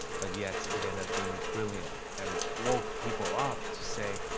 but yet it ended up being brilliant and woke people up to say,